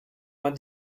vingt